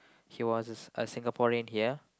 he was a Singaporean here